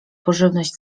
pożywność